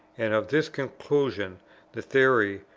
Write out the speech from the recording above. and of this conclusion the theory,